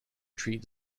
treat